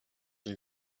wora